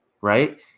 right